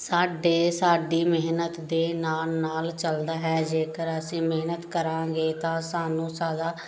ਸਾਡੇ ਸਾਡੀ ਮਿਹਨਤ ਦੇ ਨਾਲ ਨਾਲ ਚੱਲਦਾ ਹੈ ਜੇਕਰ ਅਸੀਂ ਮਿਹਨਤ ਕਰਾਂਗੇ ਤਾਂ ਸਾਨੂੰ ਸਦਾ